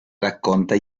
racconta